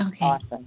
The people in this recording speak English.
awesome